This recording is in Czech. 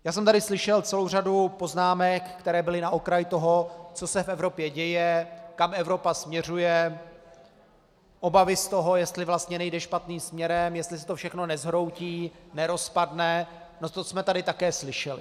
Já jsem tady slyšel celou řadu poznámek, které byly na okraj toho, co se v Evropě děje, kam Evropa směřuje, obavy z toho, jestli vlastně nejde špatným směrem, jestli se to všechno nezhroutí, nerozpadne, to jsme tady také slyšeli.